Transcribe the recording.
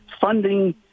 funding